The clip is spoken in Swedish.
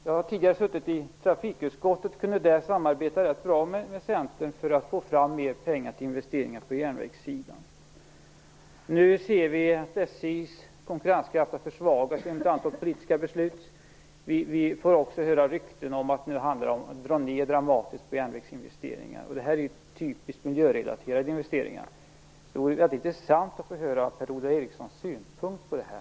Jag har tidigare suttit i trafikutskottet och kunde där samarbeta rätt bra med Centern för att få fram mer pengar till investeringar på järnvägssidan. Nu ser vi att SJ:s konkurrenskraft har försvagats genom ett antal politiska beslut. Vi får också höra rykten om att det nu handlar om att dra ned dramatiskt på järnvägsinvesteringar. Det här är typiskt miljörelaterade investeringar. Det vore mycket intressant att få höra Per-Ola Erikssons synpunkter på detta.